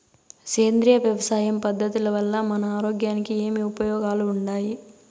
సేంద్రియ వ్యవసాయం పద్ధతుల వల్ల మన ఆరోగ్యానికి ఏమి ఉపయోగాలు వుండాయి?